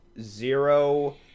zero